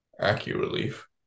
acu-relief